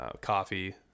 coffee